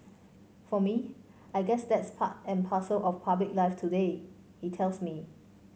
for me I guess that's part and parcel of public life today he tells me